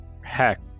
heck